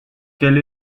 quelle